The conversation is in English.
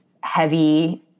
heavy